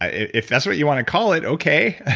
if that's what you want to call it, okay.